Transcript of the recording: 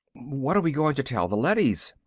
what are we going to tell the leadys?